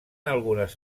algunes